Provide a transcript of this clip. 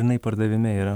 jinai pardavime yra